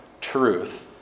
truth